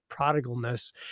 prodigalness